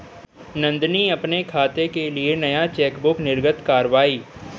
नंदनी अपने खाते के लिए नया चेकबुक निर्गत कारवाई